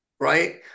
right